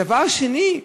דבר שני,